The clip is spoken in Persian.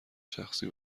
شخصی